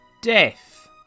death